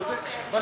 צודק.